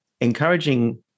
encouraging